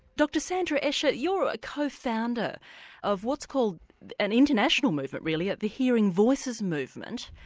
dr sandra escher you're a co-founder of what's called an international movement, really, of the hearing voices movement.